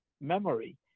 memory